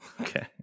Okay